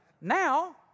Now